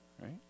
right